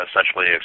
Essentially